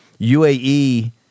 UAE